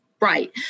Right